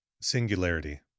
Singularity